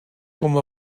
com